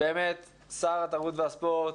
באמת שר התרבות והספורט,